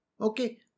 Okay